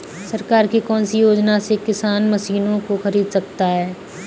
सरकार की कौन सी योजना से किसान मशीनों को खरीद सकता है?